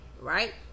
right